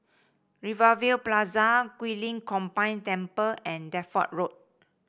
Rivervale Plaza Guilin Combined Temple and Deptford Road